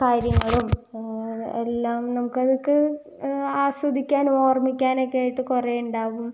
കാര്യങ്ങളും എല്ലാം നമുക്കതൊക്കെ ആസ്വദിക്കാനും ഓർമ്മിക്കാനൊക്കെ ആയിട്ട് കുറേയുണ്ടാവും